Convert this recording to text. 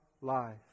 life